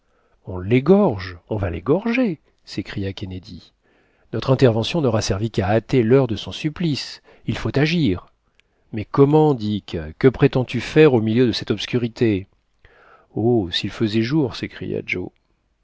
on l'égorge on va l'égorger s'écria kennedy notre intervention n'aura servi qu'à hâter l'heure de son supplice il faut agir mais comment dick que prétends-tu faire au milieu de cette obscurité oh s'il faisait jour s'écria joe